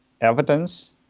evidence